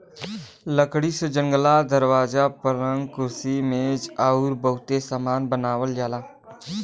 लकड़ी से जंगला, दरवाजा, पलंग, कुर्सी मेज अउरी बहुते सामान बनावल जाला